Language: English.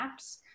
apps